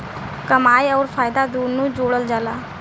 कमाई अउर फायदा दुनू जोड़ल जला